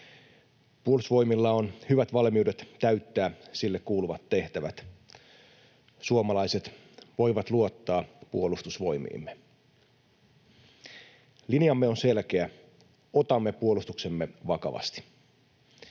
Puolustusvoimilla on hyvät valmiudet täyttää sille kuuluvat tehtävät — suomalaiset voivat luottaa puolustusvoimiimme. Linjamme on selkeä: otamme puolustuksemme vakavasti.